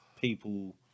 people